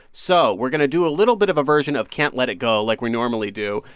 so we're going to do a little bit of a version of can't let it go like we normally do.